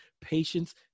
patience